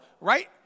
right